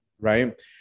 right